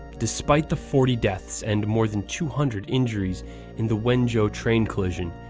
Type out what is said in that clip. despite the forty deaths and more than two hundred injuries in the wenzhou train collision,